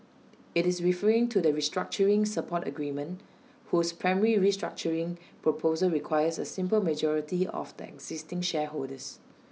IT is referring to the restructuring support agreement whose primary restructuring proposal requires A simple majority of the existing shareholders